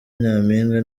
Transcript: nyampinga